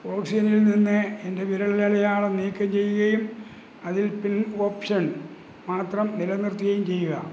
ഓക്സിജനിൽ നിന്ന് എൻ്റെ വിരലടയാളം നീക്കം ചെയ്യുകയും അതിൽ പിൻ ഓപ്ഷൻ മാത്രം നിലനിർത്തുകയും ചെയ്യുക